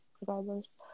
regardless